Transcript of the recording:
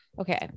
okay